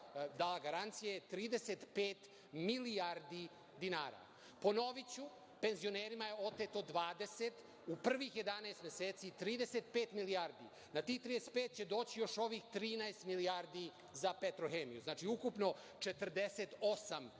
dala garancije, je 35 milijardi dinara. Ponoviću, penzionerima je oteto 20, u prvih 11 meseci 35 milijardi. Na tih 35 će doći još ovih 13 milijardi za „Petrohemiju“, znači, ukupno 48 milijardi